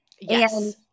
Yes